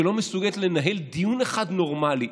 שלא מסוגלת לנהל דיון אחד נורמלי,